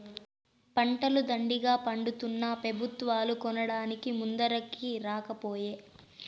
పంటలు దండిగా పండితున్నా పెబుత్వాలు కొనడానికి ముందరికి రాకపోయే